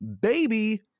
baby